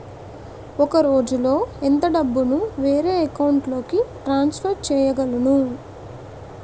ఒక రోజులో ఎంత డబ్బుని వేరే అకౌంట్ లోకి ట్రాన్సఫర్ చేయగలను?